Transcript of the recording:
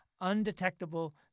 Undetectable